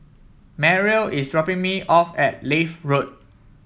Mariel is dropping me off at Leith Road